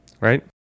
right